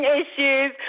issues